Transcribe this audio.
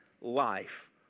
life